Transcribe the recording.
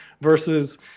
versus